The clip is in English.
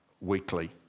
weekly